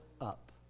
up